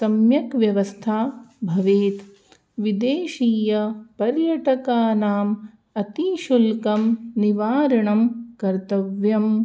सम्यक् व्यवस्था भवेत् विदेशीयपर्यटकानाम् अतिशुल्कं निवारणं कर्तव्यं